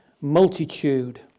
multitude